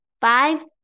five